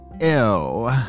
Ew